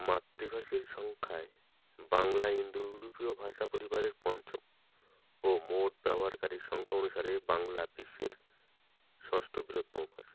মাতৃভাষীর সংখ্যায় বাংলা ইন্দো ইউরোপীয় ভাষা পরিবারের পঞ্চম ও মোট ব্যবহারকারীর সংখ্যা অনুসারে বাংলা বিশ্বের ষষ্ঠ বৃহত্তম ভাষা